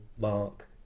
Mark